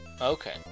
Okay